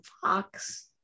Fox